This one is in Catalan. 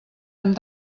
amb